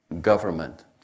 government